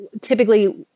Typically